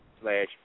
slash